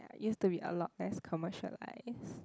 it used to be a lot less commercialised